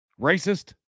Racist